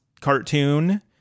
cartoon